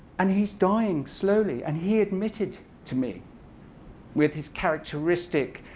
and he's dying slowly. and he admitted to me with his characteristic